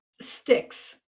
sticks